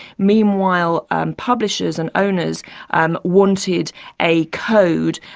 meanwhile and publishers and owners and wanted a code,